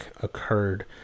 occurred